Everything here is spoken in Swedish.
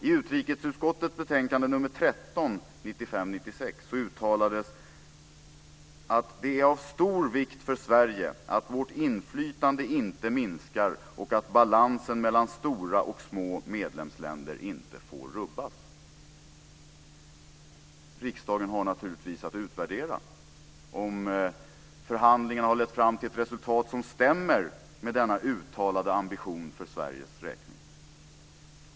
I utrikesutskottets betänkande 13 från 1995/96 uttalades att det är av stor vikt för Sverige att vårt inflytande inte minskar och att balansen mellan stora och små medlemsländer inte får rubbas. Riksdagen har naturligtvis att utvärdera om förhandlingarna har lett fram till ett resultat som stämmer med denna uttalade ambition för Sveriges räkning.